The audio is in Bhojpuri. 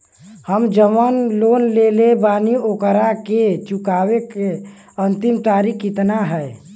हम जवन लोन लेले बानी ओकरा के चुकावे अंतिम तारीख कितना हैं?